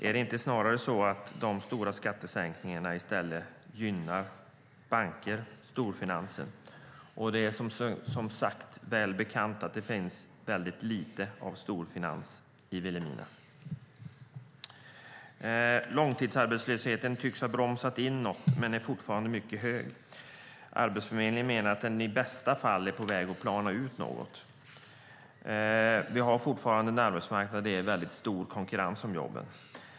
Är det inte snarare så att de stora skattesänkningarna i stället gynnar banker, det vill säga storfinansen? Det är väl bekant att det finns lite av storfinans i Vilhelmina. Långtidsarbetslösheten tycks ha bromsat in något, men den är fortfarande mycket hög. Arbetsförmedlingen menar att den i bästa fall är på väg att plana ut något. Vi har fortfarande en arbetsmarknad med en stor konkurrens om jobben.